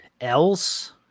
else